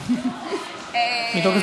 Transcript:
לא הבנו, שרת המשפטים, תתחילי מהתחלה.